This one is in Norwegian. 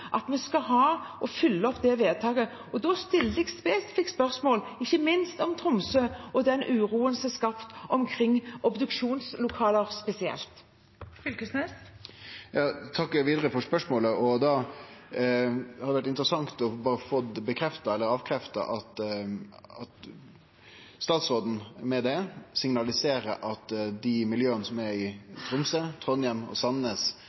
opp det vedtaket. Og da stilte jeg spesifikke spørsmål – ikke minst om Tromsø og den uroen som er skapt omkring obduksjonslokaler spesielt. Torgeir Knag Fylkesnes – til oppfølgingsspørsmål. Eg takkar igjen for svaret. Det hadde vore interessant å få bekrefta eller avkrefta at statsråden med det signaliserer at dei miljøa som er Tromsø, Trondheim og Sandnes,